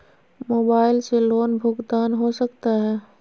Mobile से loan भुगतान हो सकता है?